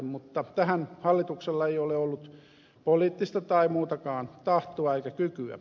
mutta tähän hallituksella ei ole ollut poliittista tai muutakaan tahtoa eikä kykyä